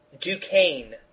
Duquesne